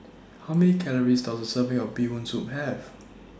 How Many Calories Does A Serving of Bee Hoon Soup Have